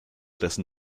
dessen